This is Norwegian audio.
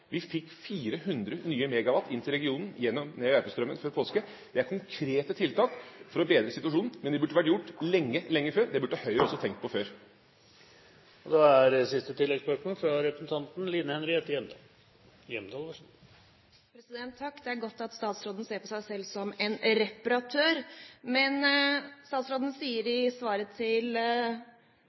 Vi fikk 400 nye MW inn til regionen gjennom Nea–Järpströmmen før påske. Det er konkrete tiltak for å bedre situasjonen, men det burde vært gjort lenge før. Det burde Høyre også ha tenkt på før. Line Henriette Hjemdal – til oppfølgingsspørsmål. Det er godt at statsråden ser på seg selv som en reparatør. Statsråden sier i svaret til